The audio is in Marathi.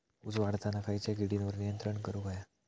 ऊस वाढताना खयच्या किडींवर नियंत्रण करुक व्हया?